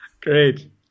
Great